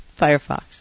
Firefox